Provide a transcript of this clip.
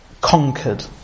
conquered